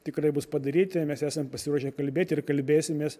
tikrai bus padaryti mes esam pasiruošę kalbėti ir kalbėsimės